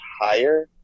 higher